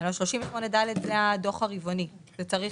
"הנפיק תאגיד שפעל לפי הוראות תקנה 5ד(ב)(5) או